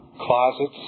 closets